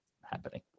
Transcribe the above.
happening